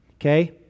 okay